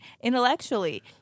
intellectually